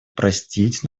простить